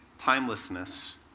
timelessness